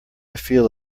feel